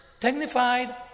technified